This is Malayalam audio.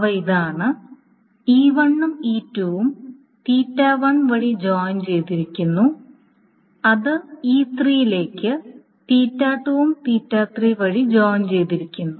അവ ഇതാണ്